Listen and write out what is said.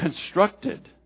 constructed